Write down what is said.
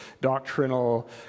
doctrinal